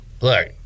Look